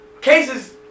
cases